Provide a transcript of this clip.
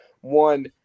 one